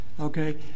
Okay